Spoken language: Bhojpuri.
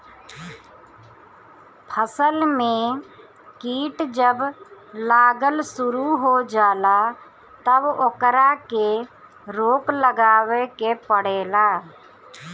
फसल में कीट जब लागल शुरू हो जाला तब ओकरा के रोक लगावे के पड़ेला